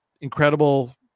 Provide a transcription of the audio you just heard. incredible